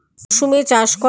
আখ কোন মরশুমে চাষ করা হয়?